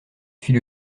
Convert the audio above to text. suis